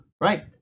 right